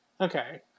okay